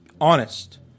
honest